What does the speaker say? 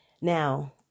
Now